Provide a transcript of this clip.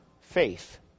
faith